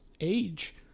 age